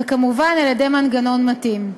וכמובן על-ידי מנגנון מתאים.